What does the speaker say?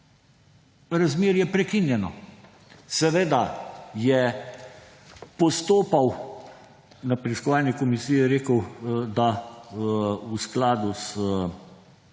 razmerje prekinjeno. Seveda je postopal, na preiskovalni komisiji je rekel, da v skladu z